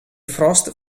frost